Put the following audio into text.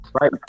right